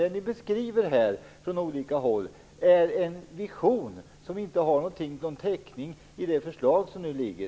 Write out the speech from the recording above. Det ni förespråkar från olika håll är en vision, som inte har någon täckning i det förslag som nu ligger.